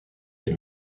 est